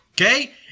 Okay